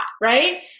right